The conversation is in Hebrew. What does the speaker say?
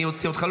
אני אוציא אותך.